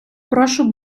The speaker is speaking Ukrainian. прошу